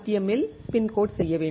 எம்மில் spin coat செய்ய வேண்டும்